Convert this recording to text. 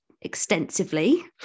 extensively